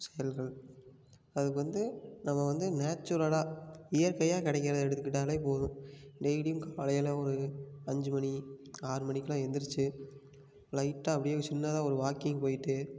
செயல்கள் அதுக்கு வந்து நம்ம வந்து நேச்சுரலாக இயற்கையாக கிடைக்கறத எடுத்துக்கிட்டாலே போதும் டெய்லியும் காலையில் ஒரு அஞ்சு மணி ஆறு மணிக்கெல்லாம் எழுந்திரிச்சி லைட்டாக அப்படியே ஒரு சின்னதாக ஒரு வாக்கிங் போயிட்டு